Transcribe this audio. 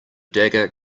dagger